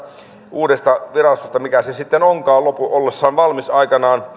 uudesta virastosta mikä se sitten onkaan ollessaan valmis aikanaan